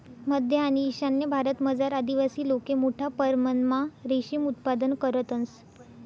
मध्य आणि ईशान्य भारतमझार आदिवासी लोके मोठा परमणमा रेशीम उत्पादन करतंस